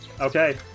Okay